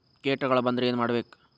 ಕೇಟಗಳ ಬಂದ್ರ ಏನ್ ಮಾಡ್ಬೇಕ್?